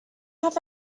have